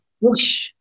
whoosh